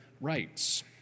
rights